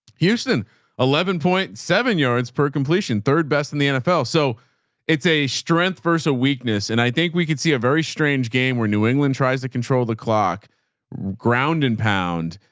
houston eleven point seven yards per completion, third best in the nfl. so it's a strength versus a weakness. and i think we could see a very strange game where new england tries to control the clock ground and pound,